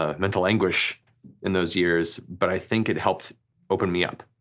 ah mental anguish in those years, but i think it helped open me up.